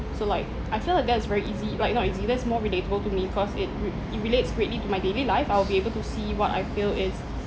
so like I feel like that is very easy like not easy that's more relatable to me cause it re~ it relates greatly to my daily life I will be able to see what I feel is